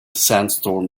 sandstorm